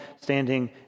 standing